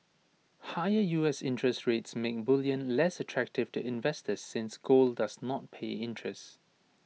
higher U S interest rates make bullion less attractive to investors since gold does not pay interest